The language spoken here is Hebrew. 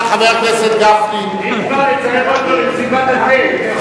אם כבר, תצרף אותו למסיבת התה.